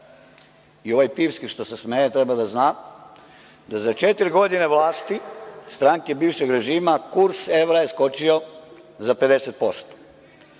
i ovaj pivski što se smeje treba da zna da za četiri godine vlasti stranke bivšeg režima kurs evra je skočio za 50%.